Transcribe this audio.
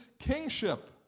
kingship